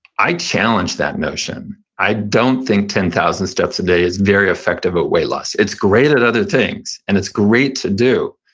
i challenge that notion. i don't think ten thousand steps a day is very effective at weight loss. it's great at other things, and it's great to do,